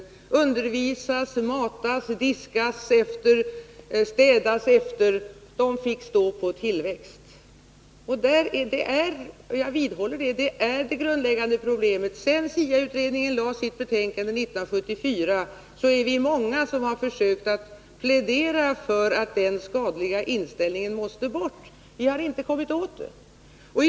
De skulle undervisas, matas, diskas efter och städas efter. De fick stå på tillväxt. Jag vidhåller att detta fortfarande är det grundläggande problemet. Vi är många som sedan SIA-utredningen lade fram sitt betänkande 1974 har försökt att plädera för att den skadliga inställningen måste bort, men vi har inte kommit åt den.